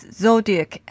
zodiac